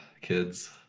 kids